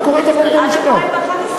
אני קורא לך מהחלטת הממשלה.